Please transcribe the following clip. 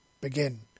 Begin